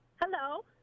Hello